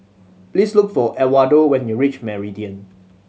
please look for Edwardo when you reach Meridian